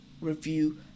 review